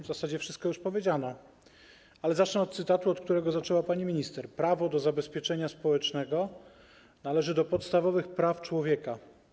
W zasadzie wszystko zostało już powiedziane, ale zacznę od cytatu, od którego zaczęła pani minister: prawo do zabezpieczenia społecznego należy do podstawowych praw człowieka.